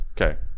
Okay